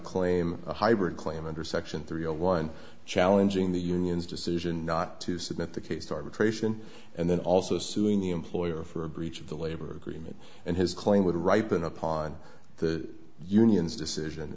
claim hybrid claim under section three a one challenging the unions decision not to submit the case to arbitration and then also suing the employer for a breach of the labor agreement and his claim would ripen upon the union's decision